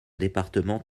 département